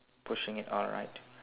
pushing it alright